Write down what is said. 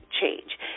change